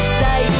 say